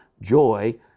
Joy